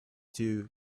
two